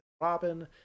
Robin